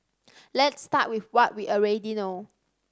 let's start with what we already know